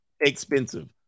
Expensive